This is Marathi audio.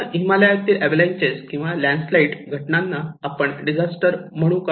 आपण हिमालयातील अवलांचेस किंवा लँड्सस्लाईड घटनांना आपण डिजास्टर म्हणू का